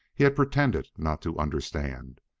he had pretended not to understand.